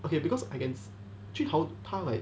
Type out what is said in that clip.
okay because I can jun hao 他 like